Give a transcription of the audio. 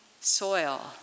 soil